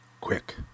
Quick